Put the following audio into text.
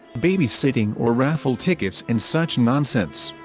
baby-sitting or raffle tickets and such nonsense.